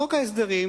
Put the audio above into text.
חוק ההסדרים,